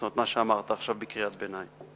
מה שאמרת עכשיו בקריאת ביניים.